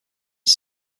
his